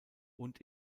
und